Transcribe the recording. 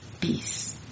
peace